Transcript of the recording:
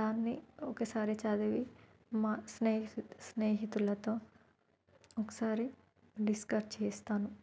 దాన్ని ఒకసారి చదివి మా స్నేహితులతో ఒకసారి డిస్కస్ చేస్తాను